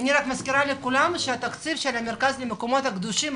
אני מזכירה שהתקציב של המרכז למקומות הקדושים,